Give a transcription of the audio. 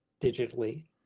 digitally